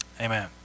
Amen